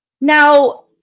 now